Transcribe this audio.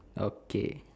okay